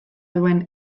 duen